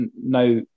Now